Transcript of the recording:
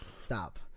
Stop